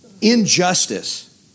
Injustice